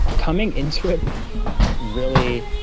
coming into it really